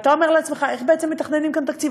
ואתה אומר לעצמך: איך בעצם מתכננים כאן תקציב?